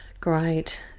Great